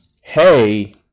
hey